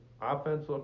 Offense